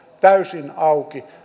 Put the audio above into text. täysin auki